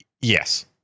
Yes